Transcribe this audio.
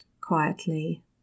quietly